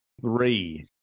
three